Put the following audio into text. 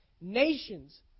Nations